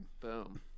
Boom